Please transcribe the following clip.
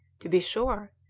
to be sure,